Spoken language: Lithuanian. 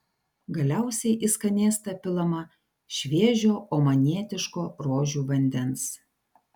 galiausiai į skanėstą pilama šviežio omanietiško rožių vandens